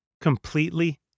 completely